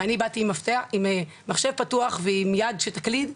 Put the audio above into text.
ואני באתי עם מחשב פתוח ועם יד שתקליד,